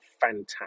fantastic